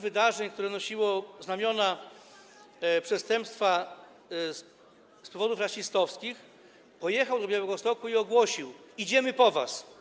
wydarzeń, które nosiło znamiona przestępstwa z powodów rasistowskich, pojechał do Białegostoku i ogłosił: Idziemy po was.